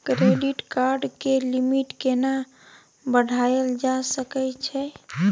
Credit card के limit केना बढायल जा सकै छै?